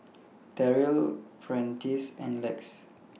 Terrill Prentice and Lex